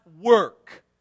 work